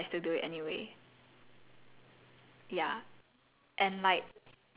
I know dressing a certain way will get stares but I still do it anyway